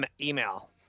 email